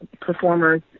performers